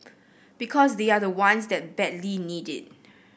because they are the ones that badly need it